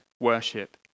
worship